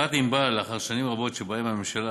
בחברת "ענבל" לאחר שנים רבות שבהן הממשלה